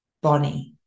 Bonnie